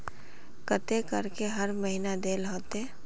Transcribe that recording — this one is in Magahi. केते करके हर महीना देल होते?